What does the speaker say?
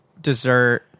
dessert